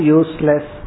useless